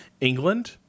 England